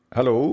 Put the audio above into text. Hello